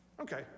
Okay